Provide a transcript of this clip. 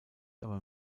aber